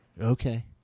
Okay